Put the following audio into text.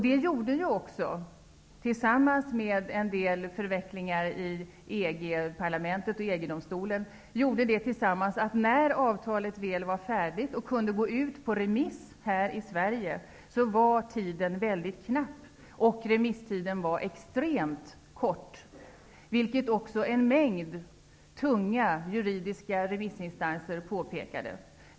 Det gjorde, tillsammans med en del förvecklingar i EG-parlamentet och EG-domstolen, att när avtalet väl var färdigt och kunde gå ut på remiss här i Sverige var tiden mycket knapp. Remisstiden var extremt kort, vilket också en mängd tunga juridiska remissinstanser påpekade.